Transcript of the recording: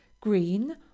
green